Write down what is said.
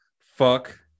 fuck